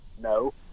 No